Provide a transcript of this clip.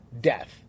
death